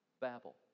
Babel